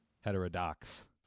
Heterodox